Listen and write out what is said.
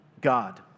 God